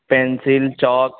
pencil chalk